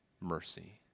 mercy